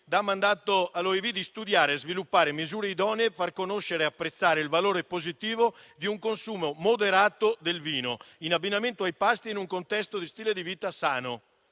dà mandato all'OIV di studiare e sviluppare misure idonee a far conoscere e apprezzare il valore positivo di un consumo moderato di vino in abbinamento ai pasti e nel contesto di uno stile di vita sano.